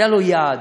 היה לו יעד,